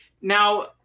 Now